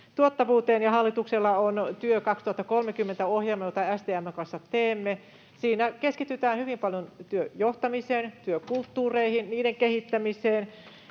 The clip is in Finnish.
tuottavuuteen, ja hallituksella on TYÖ 2030 -ohjelma, jota STM:n kanssa teemme. Siinä keskitytään hyvin paljon työn johtamiseen, työkulttuureihin, niiden kehittämiseen,